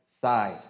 side